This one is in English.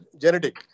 genetic